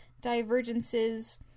divergences